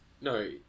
No